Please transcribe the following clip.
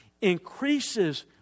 increases